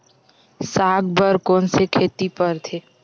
साग बर कोन से खेती परथे?